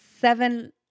seven